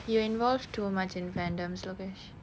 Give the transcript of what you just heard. you involve too much in fandoms logesh